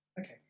Okay